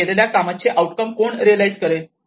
केलेल्या कामाचे आउटकम कोण रियलाईज करेल